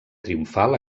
triomfal